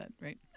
right